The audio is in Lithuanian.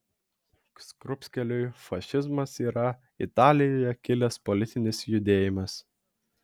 skrupskeliui fašizmas yra italijoje kilęs politinis judėjimas